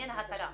עניין ההכרה.